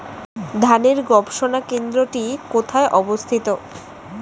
ধানের গবষণা কেন্দ্রটি কোথায় অবস্থিত?